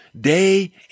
Day